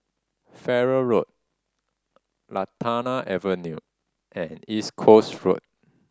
Farrer Road Lantana Avenue and East Coast Road